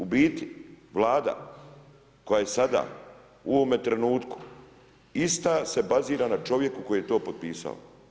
U biti, Vlada koja je sada u ovome trenutku ista se bazira na čovjeku koji je to potpisao.